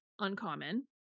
Uncommon